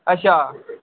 अच्छा